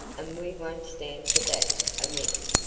and we won't stand for that a minute.